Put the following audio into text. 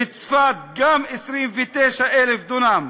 בצפת, 29,000 דונם.